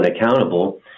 accountable